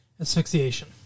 asphyxiation